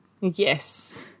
yes